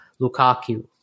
Lukaku